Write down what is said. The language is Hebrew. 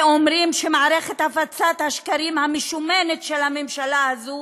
ואומרים שמערכת הפצת השקרים המשומנת של הממשלה הזו